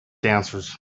dancers